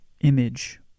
image